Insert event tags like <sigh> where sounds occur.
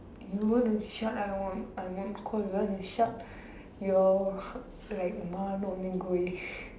you want to shout I won't I won't close you want to shout your <breath> like மானம்:maanam only going <laughs>